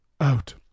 Out